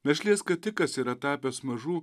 našlės skatikas yra tapęs mažų